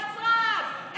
נצרת,